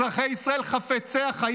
אזרחי ישראל חפצי החיים,